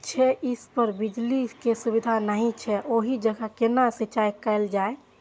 छै इस पर बिजली के सुविधा नहिं छै ओहि जगह केना सिंचाई कायल जाय?